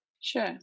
Sure